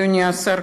אדוני השר,